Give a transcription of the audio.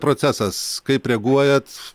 procesas kaip reaguojat